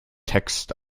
text